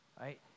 Right